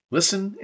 Listen